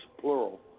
plural